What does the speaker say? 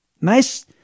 Nice